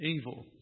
evil